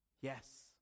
Yes